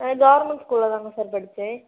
government ஸ்கூலில் தாங்க sir படித்தேன்